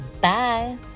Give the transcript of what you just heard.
bye